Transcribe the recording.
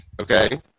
okay